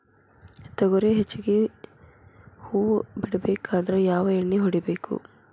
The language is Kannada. ತೊಗರಿ ಹೆಚ್ಚಿಗಿ ಹೂವ ಬಿಡಬೇಕಾದ್ರ ಯಾವ ಎಣ್ಣಿ ಹೊಡಿಬೇಕು?